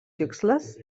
tikslas